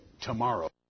Tomorrow